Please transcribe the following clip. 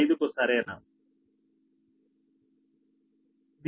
5 కు సరేనా